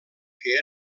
que